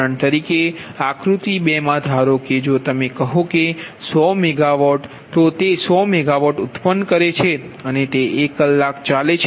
ઉદાહરણ તરીકે આકૃતિ 2 માં ધારો કે જો તમે કહો કે 100 મેગા વોટ માટે તે 100 મેગા વોટ ઉત્પન્ન કરે છે અને તે 1 કલાક ચાલે છે